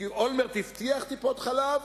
כי אולמרט הבטיח טיפות-חלב,